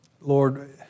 Lord